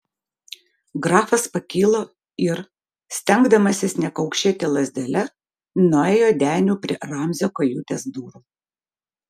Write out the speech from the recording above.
grafas pakilo ir stengdamasis nekaukšėti lazdele nuėjo deniu prie ramzio kajutės durų